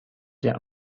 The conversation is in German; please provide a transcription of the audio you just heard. der